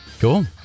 cool